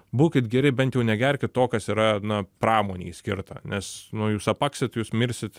būkit geri bent jau negerk to kas yra na pramonei skirta nes nu jūs apaksit jūs mirsit